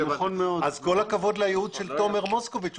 אז כל הכבוד לייעוץ של תומר מוסקוביץ.